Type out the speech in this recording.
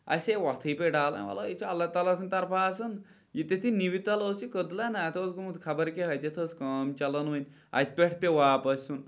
اَسہِ وَتھٕے پتہٕ ڈالان یہِ چھُ اللہ تعالیٰ سٕندِ طرفہٕ آسان ییٚتیتھ یہِ نِوِ تل اوس یہِ کٔدلہ نہ اَتھ اوس یہِ کٔدلہ نہ اَتھ اوس یہِ گوٚومُت خبر کیٚنٛہہ اَتیتھ ٲسۍ کٲم چلان ؤنۍ اَتہِ پٮ۪ٹھ پیوو واپَس یُن